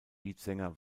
leadsänger